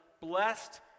blessed